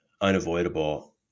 unavoidable